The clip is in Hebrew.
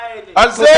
על זה,